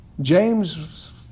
James